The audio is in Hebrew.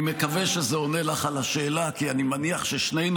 אני מקווה שזה עונה לך על השאלה כי אני מניח שנינו